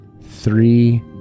three